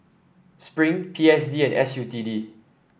Spring P S D and S U T D